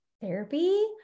therapy